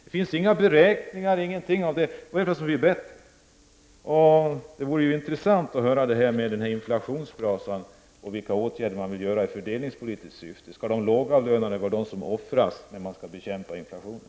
Det finns inga beräkningar och inga uppgifter om vad det är som blir bättre. Det vore intressant att höra mer om inflationsbrasan och vilka åtgärder som regeringen vill vidta i fördelningspolitiskt syfte. Skall de lågavlönade offras när regeringen skall bekämpa inflationen?